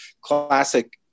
classic